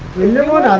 no one